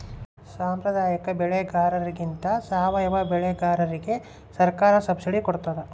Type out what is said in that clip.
ಸಾಂಪ್ರದಾಯಿಕ ಬೆಳೆಗಾರರಿಗಿಂತ ಸಾವಯವ ಬೆಳೆಗಾರರಿಗೆ ಸರ್ಕಾರ ಸಬ್ಸಿಡಿ ಕೊಡ್ತಡ